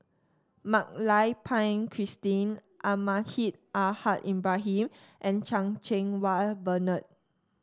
Mak Lai Peng Christine Almahdi Al Haj Ibrahim and Chan Cheng Wah Bernard